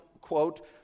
quote